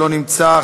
לא נמצא,